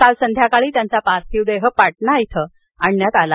काल संध्याकाळी त्यांचा पार्थिव देह विमानानं पाटणा इथं आणण्यात आला